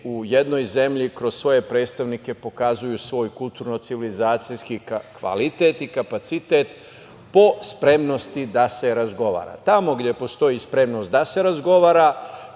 u jednoj zemlji kroz svoje predstavnike pokazuju svoj kulturno-civilizacijski kvalitet i kapacitet po spremnosti da se razgovara. Tamo gde postoji spremnost da se razgovara,